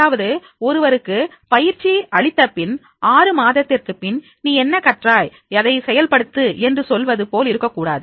அதாவது ஒருவருக்கு பயிற்சி அடித்தபின் ஆறு மாதத்திற்குப் பின் நீ என்ன கற்றாய் அதை செயல்படுத்து என்று சொல்வது போல் இருக்கக்கூடாது